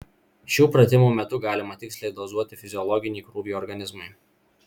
šių pratimų metu galima tiksliai dozuoti fiziologinį krūvį organizmui